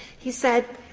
he said